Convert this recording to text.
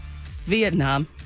vietnam